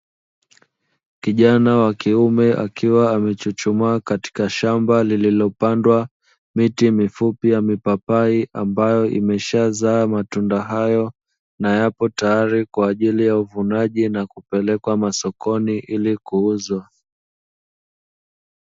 Kijana wa kiume akiwa amechuchumaa katika shamba lililopandwa miti mifupi ya mipapai, ambayo imeshazaa matunda hayo na yapo tayari kwa ajili ya uvunaji na kupelekwa masokoni ili kuuzwa.